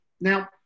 Now